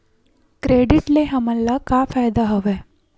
Credit ले हमन ला का फ़ायदा हवय?